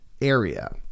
area